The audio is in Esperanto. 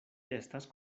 estas